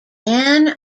anne